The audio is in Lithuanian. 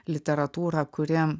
literatūrą kuri